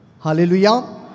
Hallelujah